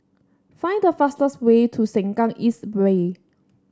find the fastest way to Sengkang East Way